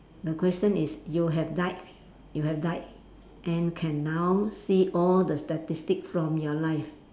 the question is you have died you have died and can now see all the statistic from your life